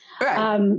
Right